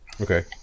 Okay